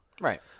Right